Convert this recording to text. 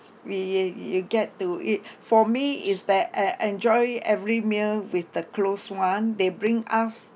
you you you get to it for me is that I enjoy every meal with the close one they bring us